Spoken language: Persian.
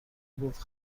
گفت